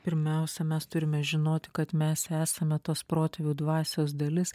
pirmiausia mes turime žinoti kad mes esame tos protėvių dvasios dalis